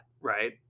right